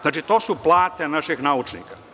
Znači, to su plate našeg naučnika.